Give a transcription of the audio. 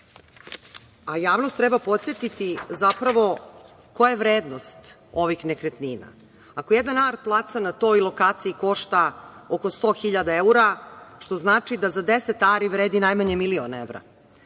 venac. Javnost treba podsetiti zapravo koje vrednost ovih nekretnina. Ako jedan ar placa na toj lokaciji košta oko 100.000 evra, što znači da za 10 ari vredi najmanje milion evra,